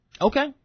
Okay